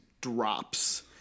drops